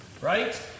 Right